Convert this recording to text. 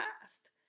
past